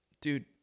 Dude